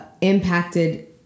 impacted